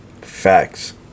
facts